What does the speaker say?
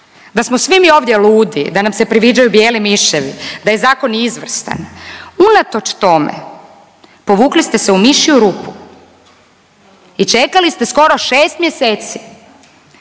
da smo svi mi ovdje ludi, da nam se priviđaju bijeli miševi, da je zakon izvrstan, unatoč tome povukli ste se u mišju rupu i čekali ste skoro šest mjeseci